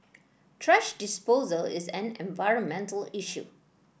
thrash disposal is an environmental issue